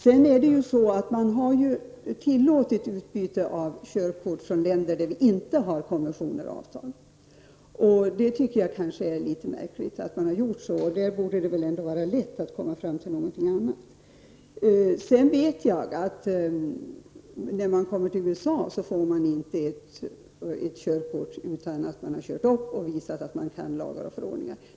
Man har ju tillåtit utbyte av körkort för personer från länder som vi inte har några konventioner eller avtal med. Det tycker jag kanske är litet märkligt. Det borde väl inte vara så svårt att komma fram till någonting annat. I USA får man inte byta ut sitt körkort utan att man har kört upp och visat att man känner till lagar och förordningar.